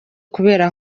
kubera